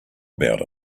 about